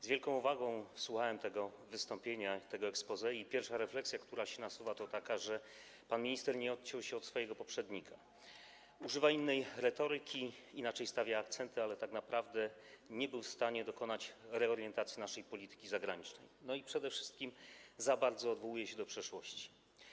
Z wielką uwagą słuchałem tego wystąpienia, tego exposé i pierwsza refleksja, która się nasuwa, jest taka, że pan minister nie odciął się od swojego poprzednika, używa innej retoryki, inaczej stawia akcenty, ale tak naprawdę nie był w stanie dokonać reorientacji naszej polityki zagranicznej, a przede wszystkim za bardzo odwołuje się do przeszłości.